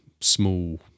small